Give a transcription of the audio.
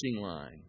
line